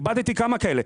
איבדתי כמה כאלה.